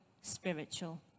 spiritual